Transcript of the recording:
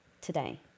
today